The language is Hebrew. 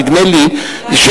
ונדמה לי שיש,